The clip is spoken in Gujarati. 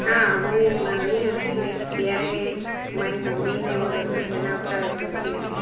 હા હું નાની હતી ને ત્યારે મારી મમ્મીને હું રસોઈ બનાવતા જોતી હતી